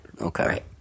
Okay